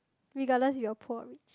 regardless if you are poor or rich